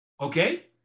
Okay